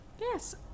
Yes